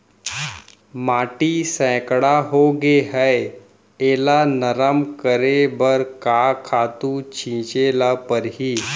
माटी सैकड़ा होगे है एला नरम करे बर का खातू छिंचे ल परहि?